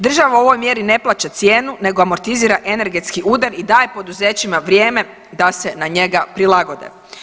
Država u ovoj mjeri ne plaća cijenu nego amortizira energetski udar i daje poduzećima vrijeme da se na njega prilagode.